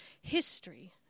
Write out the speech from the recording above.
history